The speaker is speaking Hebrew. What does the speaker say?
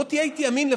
בוא תהיה איתי אמין,